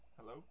Hello